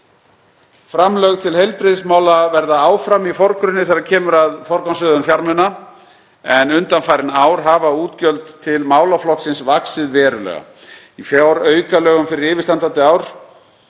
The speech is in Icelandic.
Framlög til heilbrigðismála verða áfram í forgrunni þegar kemur að forgangsröðun fjármuna, en undanfarin ár hafa útgjöld til málaflokksins vaxið verulega. Í fjáraukalögum fyrir yfirstandandi ár,